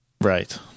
Right